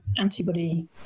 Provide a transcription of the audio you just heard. antibody